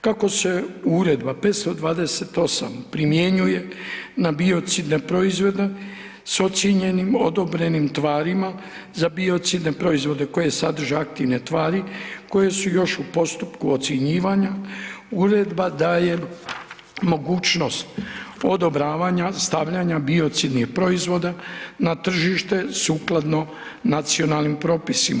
Kako se Uredba 528 primjenjuje na biocidne proizvodne s ocijenjenim odobrenim tvarima za biocidne proizvode koji sadrže aktivne tvari koje su još u postupku ocjenjivanja uredba daje mogućnost odobravanja, stavljanja biocidnih proizvoda na tržište sukladno nacionalnim propisima.